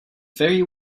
very